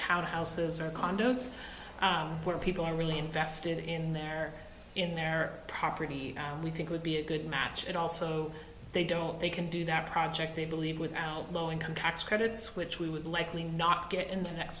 townhouses or condos where people are really invested in their in their property we think would be a good match and also they don't they can do that project they believe without low income tax credits which we would likely not get int